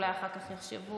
אולי אחר כך יחשבו,